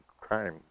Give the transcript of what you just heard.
crime